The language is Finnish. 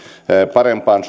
parempaan